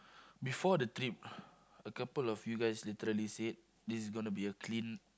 before the trip a couple of you guys literally said this is gonna be a clean